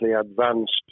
advanced